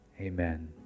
amen